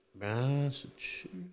Massachusetts